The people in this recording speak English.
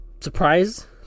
surprise